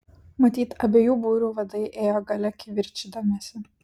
matyt abiejų būrių vadai ėjo gale kivirčydamiesi